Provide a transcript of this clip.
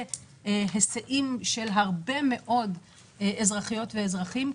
בהיסעים של הרבה מאוד אזרחיות ואזרחים,